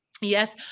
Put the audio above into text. Yes